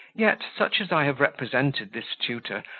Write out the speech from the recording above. yet such as i have represented this tutor,